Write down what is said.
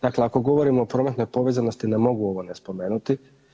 Dakle, ako govorimo o prometnoj povezanosti ne mogu ovo ne spomenuti.